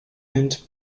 and